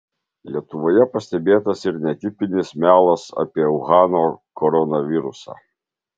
lietuvoje pastebėtas ir netipinis melas apie uhano koronavirusą